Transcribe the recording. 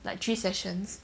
like three sessions